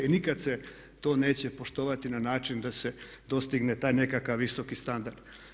I nikada se to neće poštovati na način da se dostigne taj nekakav visoki standard.